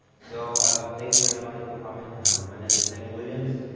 so, and thank you, everybody, for coming. my name is daniel williams.